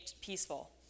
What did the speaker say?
peaceful